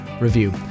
review